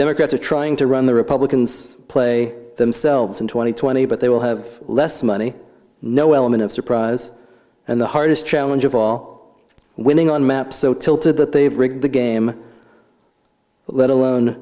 democrats are trying to run the republicans play themselves in two thousand and twenty but they will have less money no element of surprise and the hardest challenge of all winning on maps so tilted that they have rigged the game let alone